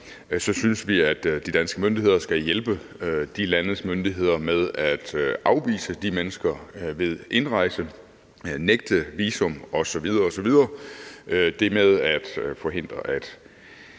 så synes vi, at de danske myndigheder skal hjælpe de landes myndigheder med at afvise de mennesker ved indrejse, nægte dem visum osv. osv. Det med at forhindre, at